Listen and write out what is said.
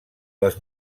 les